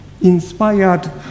Inspired